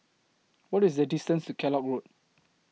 What IS The distance to Kellock Road